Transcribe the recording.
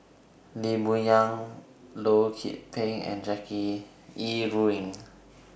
Lee Boon Yang Loh Lik Peng and Jackie Yi Ru Ying